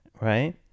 Right